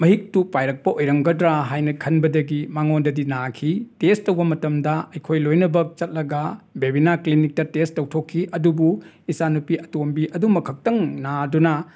ꯃꯍꯤꯛꯇꯨ ꯄꯥꯏꯔꯛꯄ ꯑꯣꯏꯔꯝꯒꯗ꯭ꯔꯥ ꯍꯥꯏꯅ ꯈꯟꯕꯗꯒꯤ ꯃꯉꯣꯟꯗꯗꯤ ꯅꯥꯈꯤ ꯇꯦꯁ ꯇꯧꯕ ꯃꯇꯝꯗ ꯑꯩꯈꯣꯏ ꯂꯣꯏꯅꯕꯛ ꯆꯠꯂꯒ ꯕꯦꯕꯤꯅꯥ ꯀ꯭ꯂꯤꯅꯤꯛꯇ ꯇꯦꯁ ꯇꯧꯊꯣꯛꯈꯤ ꯃꯗꯨꯕꯨ ꯏꯆꯥꯅꯨꯄꯤ ꯑꯇꯣꯝꯕꯤ ꯃꯗꯨꯃꯈꯛꯇꯪ ꯅꯥꯗꯨꯅ